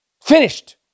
Finished